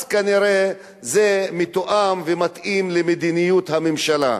אז כנראה זה מתואם ומתאים למדיניות הממשלה.